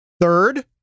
third